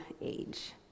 age